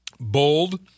Bold